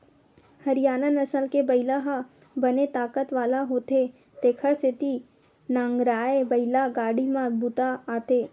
हरियाना नसल के बइला ह बने ताकत वाला होथे तेखर सेती नांगरए बइला गाड़ी म बूता आथे